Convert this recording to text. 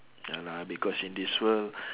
ya lah because in this world